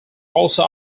also